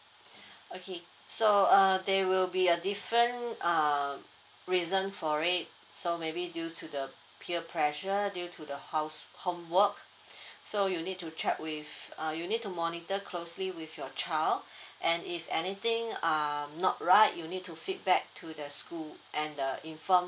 okay so uh there will be a different uh reason for it so maybe due to the peer pressure due to the house homework so you need to check with uh you need to monitor closely with your child and if anything um not right you need to feedback to the school and uh inform